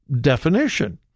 definition